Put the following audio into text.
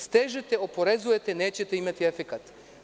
Stežete, oporezujete, nećete imati efekat.